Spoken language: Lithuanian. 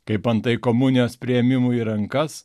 kaip antai komunijos priėmimui į rankas